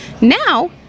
now